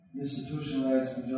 institutionalized